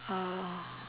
uh